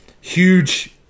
huge